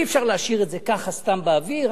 אי-אפשר להשאיר את זה ככה סתם באוויר,